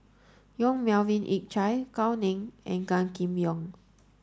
Yong Melvin Yik Chye Gao Ning and Gan Kim Yong